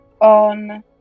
on